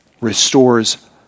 restores